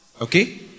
Okay